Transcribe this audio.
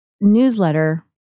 newsletter